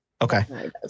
Okay